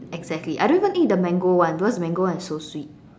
exactly I don't even eat the mango one because the mango one is so sweet